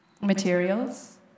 materials